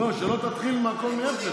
לא, שלא תתחיל עם החוק מאפס.